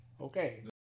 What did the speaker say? Okay